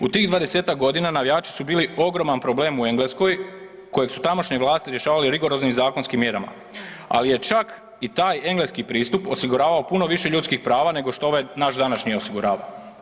U tih 20-tak godina navijači su bili ogroman problem u Engleskoj kojeg su tamošnje vlasti rigoroznim zakonskim mjerama, ali je čak i taj engleski pristup osiguravao puno više prava nego što ovaj naš današnji osigurava.